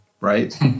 Right